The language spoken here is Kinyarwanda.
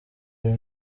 uyu